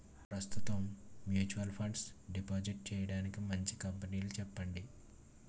ప్రస్తుతం mutual fund deposit చేయడానికి మంచి కంపెనీలు చెప్పండి